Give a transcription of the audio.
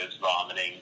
vomiting